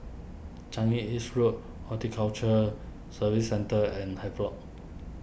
Changi East Road Horticulture Serving Centre and Havelock